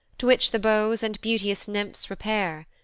to which the beaux and beauteous nymphs repair,